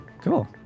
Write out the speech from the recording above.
cool